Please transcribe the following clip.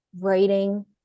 writing